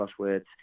crosswords